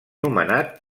nomenat